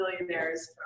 Millionaires